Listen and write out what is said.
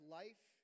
life